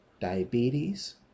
diabetes